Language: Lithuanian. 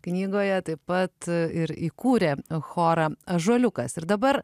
knygoje taip pat ir įkūrė chorą ąžuoliukas ir dabar